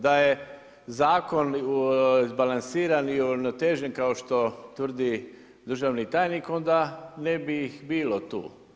Da je zakon izbalansiran i uravnotežen, kao što tvrdi državni tajnik, onda ne bi ih bilo tu.